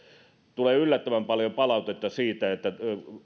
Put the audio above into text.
tulee yllättävän paljon palautetta siitä että